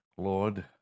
Lord